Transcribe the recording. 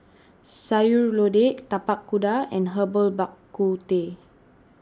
Sayur Lodeh Tapak Kuda and Herbal Bak Ku Teh